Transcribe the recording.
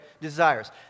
desires